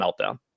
meltdown